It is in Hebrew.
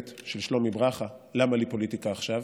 של שלומי ברכה: למה לי פוליטיקה עכשיו?